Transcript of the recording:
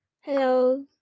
Hello